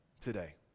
today